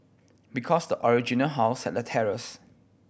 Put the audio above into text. because the original house had a terrace